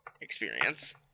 experience